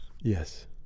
Yes